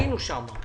היינו שם.